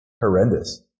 horrendous